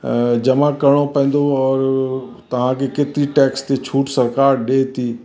जमा करिणो पवंदो और तव्हांखे केतिरी टेक्स ते छूट सरकारि ॾे थी